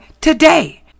today